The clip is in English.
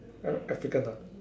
uh African ah